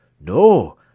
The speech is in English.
No